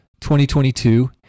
2022